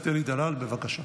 (עובד בשירות